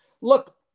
Look